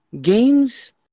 games